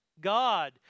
God